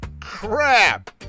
Crap